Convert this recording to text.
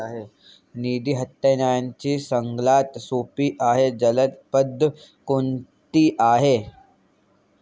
निधी हस्तांतरणाची सगळ्यात सोपी आणि जलद पद्धत कोणती आहे?